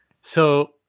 So-